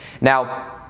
now